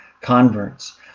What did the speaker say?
converts